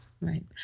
Right